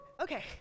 okay